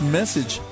message